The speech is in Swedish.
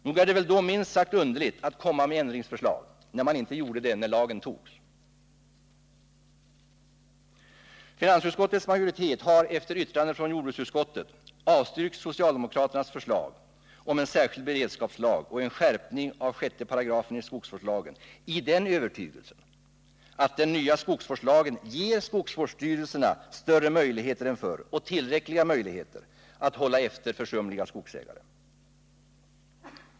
Nog är det väl minst sagt underligt att nu komma med ändringsförslag, när man inte gjorde det då lagen antogs. Finansutskottets majoritet har efter yttrande av jordbruksutskottet avstyrkt socialdemokraternas förslag om en särskild beredskapslag och en skärpning av 6 § skogsvårdslagen i den övertygelsen att den nya skogsvårdslagen ger skogsvårdsstyrelserna större möjligheter än förr och tillräckliga möjligheter att hålla efter försumliga skogsägare.